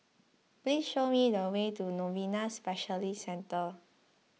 please show me the way to Novena Specialist Centre